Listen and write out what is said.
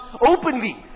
openly